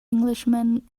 englishman